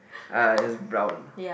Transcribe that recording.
uh is brown